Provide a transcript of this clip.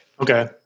Okay